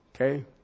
Okay